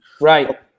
Right